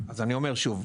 אז אני אומר שוב,